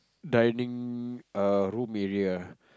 dining err room area